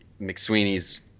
mcsweeney's